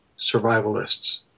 survivalists